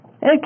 Okay